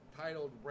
titled